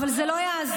אבל זה לא יעזור,